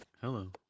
Hello